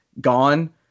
gone